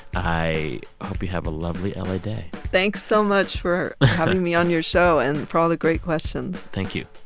i hope you have a lovely la day thanks so much for having me on your show and for all the great questions thank you.